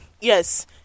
Yes